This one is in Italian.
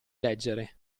leggere